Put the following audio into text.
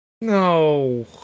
No